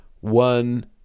one